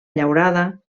llaurada